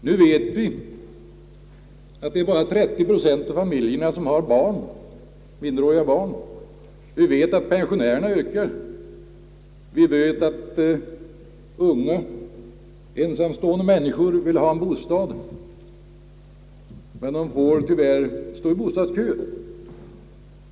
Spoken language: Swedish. Vi vet att det bara är 30 procent av familjerna som har minderåriga barn. Vi vet att pensionärerna ökar. Vi vet att unga, ensamstående människor vill ha en bostad, men de får tyvärr stå i bostadskö.